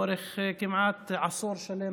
לאורך כמעט עשור שלם.